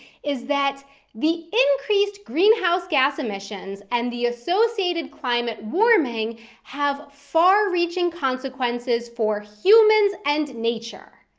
is that the increased greenhouse gas emissions and the associated climate warming have far-reaching consequences for humans and nature.